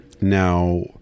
now